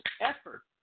effort